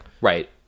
Right